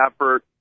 effort